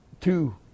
Two